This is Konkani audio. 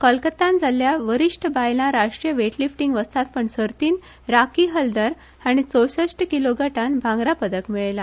कोलकत्तान जाल्ल्या वरिष्ट बायला राष्ट्रीय वेटलिफ्टिंग वस्तादपण सर्तीत राखी हलदर हिणे चौसष्ट किलो गटात भांगरा पदक मेळयले